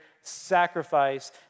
sacrifice